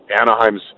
Anaheim's